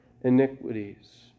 iniquities